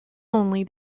only